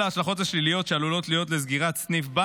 לעניין ההתנגדות לסגירת הסניף,